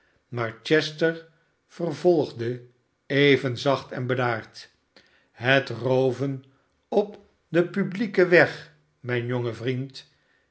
maar chester vervolgde even zacht en bedaard shet rooven op den publieken weg mijn jonge vriend